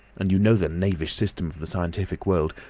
and you know the knavish system of the scientific world.